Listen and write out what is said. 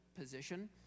position